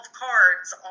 cards